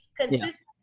consistency